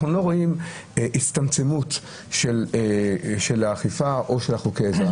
אנחנו לא רואים הצטמצמות של האכיפה או של חוקי העזר,